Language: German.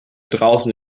draußen